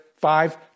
five